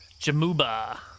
Jamuba